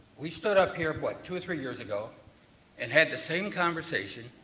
we stood up here but two three years ago and had the same conversation.